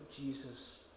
Jesus